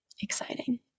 exciting